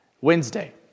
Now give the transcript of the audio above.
Wednesday